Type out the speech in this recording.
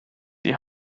die